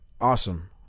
awesome